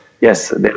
Yes